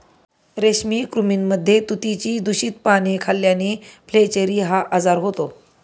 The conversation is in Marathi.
रेशमी कृमींमध्ये तुतीची दूषित पाने खाल्ल्याने फ्लेचेरी हा आजार होतो